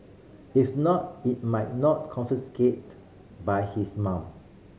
if not it might not confiscated by his mum